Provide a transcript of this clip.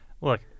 look